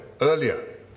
earlier